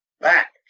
back